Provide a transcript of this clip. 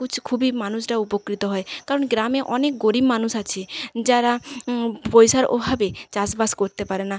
কুছ খুবই মানুষরা উপকৃত হয় কারণ গ্রামে অনেক গরিব মানুষ আছে যারা পয়সার অভাবে চাষ বাস করতে পারে না